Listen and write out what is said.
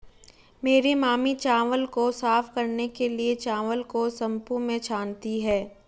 मेरी मामी चावल को साफ करने के लिए, चावल को सूंप में छानती हैं